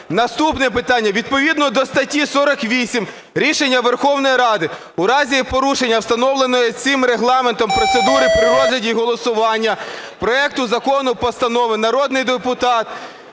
Наступне питання. Відповідно до статті 48 - рішення Верховної Ради: "У разі порушення встановленої цим Регламентом процедури при розгляді й голосуванні проекту закону, постанови…" народний депутат